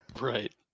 Right